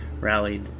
rallied